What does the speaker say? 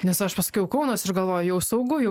nes aš pasakiau kaunas ir galvoju jau saugu